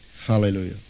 Hallelujah